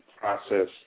process